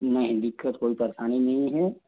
नहीं दिक्कत कोई परेशानी नहीं है